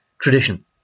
tradition